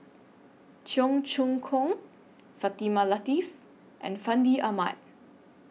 Cheong Choong Kong Fatimah Lateef and Fandi Ahmad